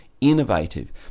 innovative